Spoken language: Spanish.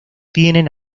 tienen